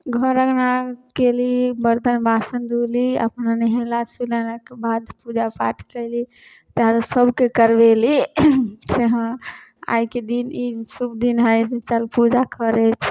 घर अँगना कएली बरतन बासन धोली अपना नहेला सुनेलाके बाद पूजा पाठ कएली घरमे सभके करबेली से हँ आइके दिन ई शुभ दिन हइ चल पूजा करै